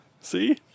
See